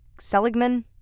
Seligman